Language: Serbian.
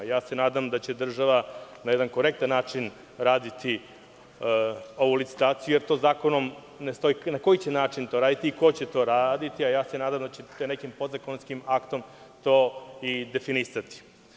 Nadam se da će država na jedan korektan način raditi ovu licitaciju, jer u zakonu ne stoji na koji će način to raditi i ko će to raditi, a ja se nadam da ćete nekim podzakonskim aktom to i definisati.